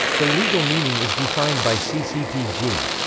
the legal meaning is defined by ccpg.